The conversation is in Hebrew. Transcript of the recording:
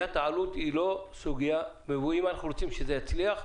אם אנחנו רוצים שזה יצליח,